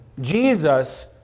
Jesus